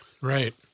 Right